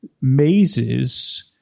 mazes